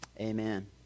Amen